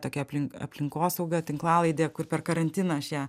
tokia aplink aplinkosauga tinklalaidė kur per karantiną aš ją